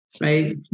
right